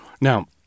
Now